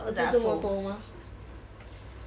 就这么多吗